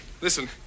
listen